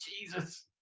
Jesus